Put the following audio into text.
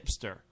hipster